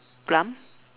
plum